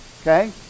Okay